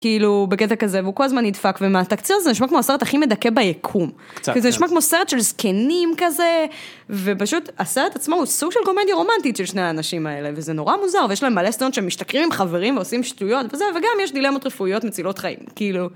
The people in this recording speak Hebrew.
כאילו בקטע כזה והוא כל הזמן נדפק ומהתקציר זה נשמע כמו הסרט הכי מדכא ביקום. קצת, כן. כי זה נשמע כמו סרט של זקנים כזה, ופשוט הסרט עצמו הוא סוג של קומדיה רומנטית של שני האנשים האלה, וזה נורא מוזר ויש להם מלא סצנות שהם משתכרים עם חברים ועושים שטויות וזה, וגם יש דילמות רפואיות מצילות חיים, כאילו.